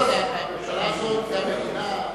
בכל זאת הממשלה הזאת והמדינה,